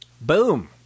Boom